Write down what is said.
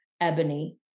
Ebony